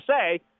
say